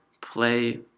play